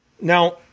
Now